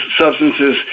substances